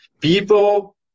people